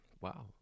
Wow